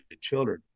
children